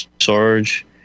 Sarge